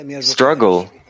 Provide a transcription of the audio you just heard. struggle